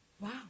Wow